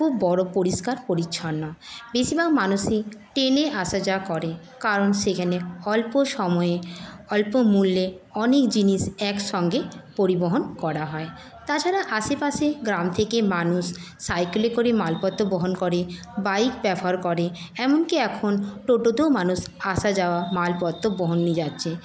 খুব বড় পরিষ্কার পরিছন্ন বেশিরভাগ মানুষই ট্রেনে আসা যাওয়া করে কারণ সেখানে অল্প সময়ে অল্প মূল্যে অনেক জিনিস একসঙ্গে পরিবহন করা হয় তাছাড়া আশেপাশে গ্রাম থেকে মানুষ সাইকেলে করে মালপত্র বহন করে বাইক ব্যবহার করে এমনকি এখন টোটোতেও মানুষ আসা যাওয়া মালপত্র বহন নিয়ে যাচ্ছে